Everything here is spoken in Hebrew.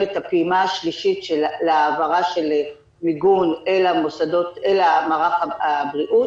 הפעימה השלישית להעברה של מיגון אל מערך הבריאות,